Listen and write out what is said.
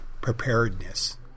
preparedness